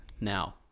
now